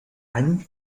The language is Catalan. any